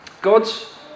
God's